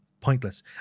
pointless